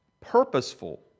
purposeful